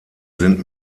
sind